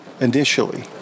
initially